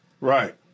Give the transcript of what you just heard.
Right